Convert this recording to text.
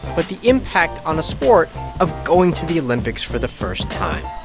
but the impact on a sport of going to the olympics for the first time